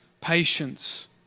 patience